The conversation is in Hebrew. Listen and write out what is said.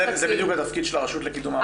בדיוק התפקיד של הרשות לקידום מעמד האישה,